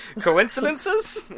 Coincidences